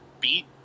beat